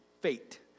fate